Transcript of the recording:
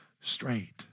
straight